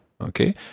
Okay